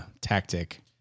tactic